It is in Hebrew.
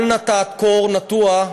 אל נא תעקור נטוע,